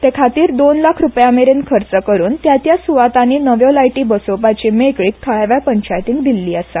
ते खातीर दोन लाख रुपया मेरेन खर्च करून त्या त्या सुवातांनी नव्यो लायटी बसोवपाची मेकळीक थाळाव्या पंचायतींक दिल्ली आसा